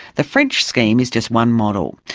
the french scheme is just one model.